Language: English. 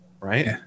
right